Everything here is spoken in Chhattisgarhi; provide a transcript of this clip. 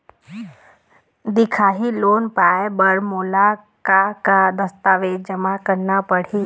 दिखाही लोन पाए बर मोला का का दस्तावेज जमा करना पड़ही?